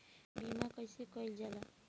बीमा कइसे कइल जाला?